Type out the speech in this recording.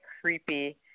creepy